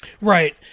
right